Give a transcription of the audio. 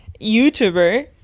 YouTuber